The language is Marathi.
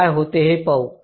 तर काय होते ते पाहू